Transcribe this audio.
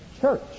church